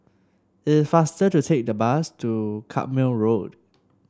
is faster to take the bus to Carpmael Road